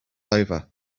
over